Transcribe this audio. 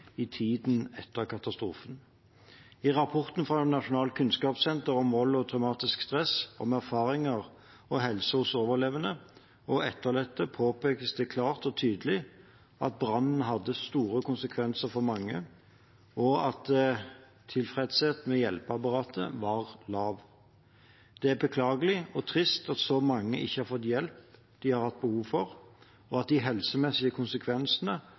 i tiden etter katastrofen. I rapporten fra Nasjonalt kunnskapssenter om vold og traumatisk stress, NKVTS, om erfaringer og helse hos overlevende og etterlatte påpekes det klart og tydelig at brannen hadde store konsekvenser for mange, og at tilfredsheten med hjelpeapparatet var lav. Det er beklagelig og trist at så mange ikke har fått hjelp de har hatt behov for, og at de helsemessige konsekvensene